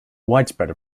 widespread